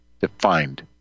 Defined